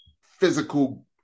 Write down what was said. physical